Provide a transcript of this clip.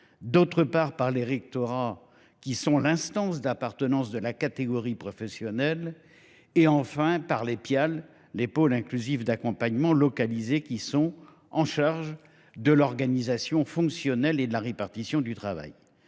d’autre part, par les rectorats, qui sont l’instance d’appartenance de la catégorie professionnelle, ainsi que par les pôles inclusifs d’accompagnement localisés (Pial), qui sont chargés de l’organisation fonctionnelle de la répartition du travail.